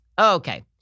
Okay